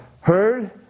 heard